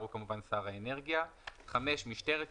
משטרת ישראל,